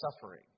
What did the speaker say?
suffering